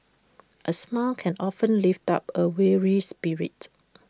A smile can often lift up A weary spirit